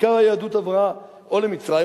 עיקר היהדות עברה או למצרים,